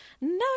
No